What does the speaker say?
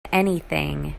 anything